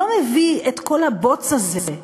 לא להביא את כל הבוץ הזה,